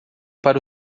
para